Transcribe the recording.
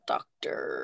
Doctor